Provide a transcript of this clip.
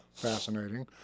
fascinating